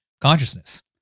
consciousness